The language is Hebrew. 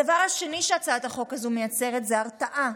הדבר השני שהצעת החוק הזו מייצרת זה הרתעה,